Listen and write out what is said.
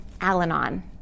Al-Anon